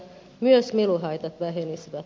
myös meluhaitat vähenisivät